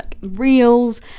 reels